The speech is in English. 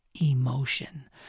emotion